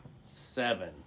Seven